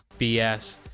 BS